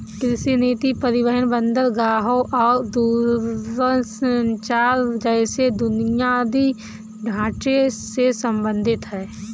कृषि नीति परिवहन, बंदरगाहों और दूरसंचार जैसे बुनियादी ढांचे से संबंधित है